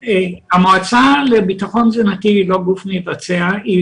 המועצה לביטחון תזונתי היא לא גוף מבצע אלא